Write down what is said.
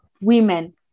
women